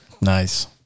Nice